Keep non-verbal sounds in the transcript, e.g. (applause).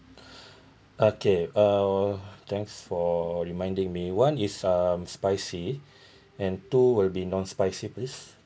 (breath) okay oh thanks for reminding me one is um spicy (breath) and two will be non spicy please